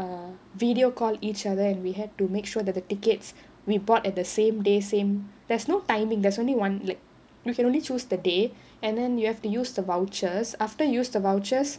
err video call each other and we had to make sure that the tickets we bought at the same day same there's no timing there's only one like you can only choose the day and then you have to use the vouchers after use the vouchers